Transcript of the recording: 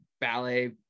ballet